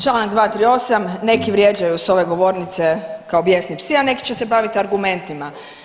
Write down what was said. Čl. 238. neki vrijeđaju s ove govornice kao bijesni psi, a neki će se baviti argumentima.